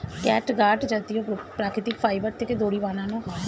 catgut জাতীয় প্রাকৃতিক fibre থেকে দড়ি বানানো হয়